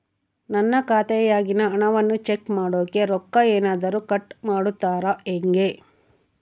ನನ್ನ ಖಾತೆಯಾಗಿನ ಹಣವನ್ನು ಚೆಕ್ ಮಾಡೋಕೆ ರೊಕ್ಕ ಏನಾದರೂ ಕಟ್ ಮಾಡುತ್ತೇರಾ ಹೆಂಗೆ?